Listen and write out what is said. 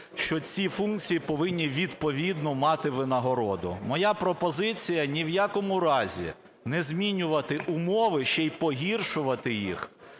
що ці функції повинні відповідну мати винагороду. Моя пропозиція ні в якому разі не змінювати умови, ще й погіршувати їх,